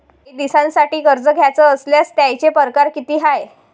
कायी दिसांसाठी कर्ज घ्याचं असल्यास त्यायचे परकार किती हाय?